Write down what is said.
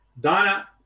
Donna